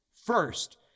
First